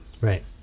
Right